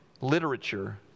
literature